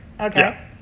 okay